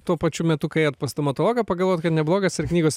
tuo pačiu metu kai ėjot pas stomatologą pagalvojot kad neblogas ir knygos